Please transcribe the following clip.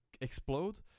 explode